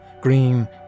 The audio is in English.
green